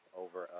over